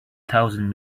thousand